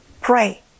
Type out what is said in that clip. pray